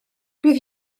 bydd